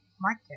market